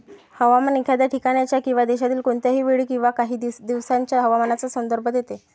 हवामान एखाद्या ठिकाणाच्या किंवा देशातील कोणत्याही वेळी किंवा काही दिवसांच्या हवामानाचा संदर्भ देते